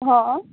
હા